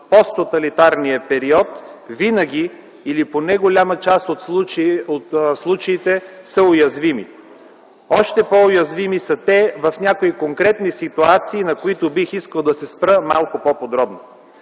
посттоталитарния период винаги или поне в по-голяма част от случаите са уязвими. Още по-уязвими са те при някои конкретни ситуации, на които бих искал да се спра малко по-подробно.